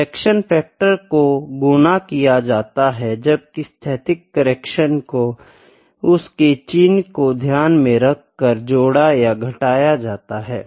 correction factor को गुना किया जाता है जबकि स्थैतिक करैक्शन को उसके चिह्न को ध्यान में रख कर जोड़ या घटाया जाता है